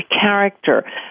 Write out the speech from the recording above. character